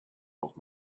old